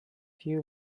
few